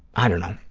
i don't know.